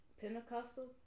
Pentecostal